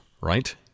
right